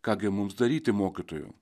ką gi mums daryti mokytojau